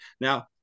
Now